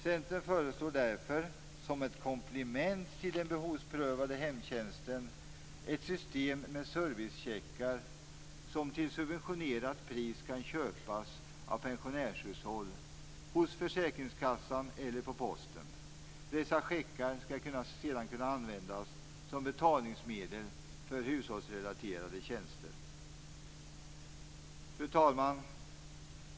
Centern föreslår därför, som ett komplement till den behovsprövade hemtjänsten, ett system med servicecheckar som till subventionerat pris kan köpas av pensionärshushåll hos försäkringskassan eller på posten. Dessa checker skall sedan kunna användas som betalningsmedel när det gäller hushållsrelaterade tjänster. Fru talman!